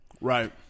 right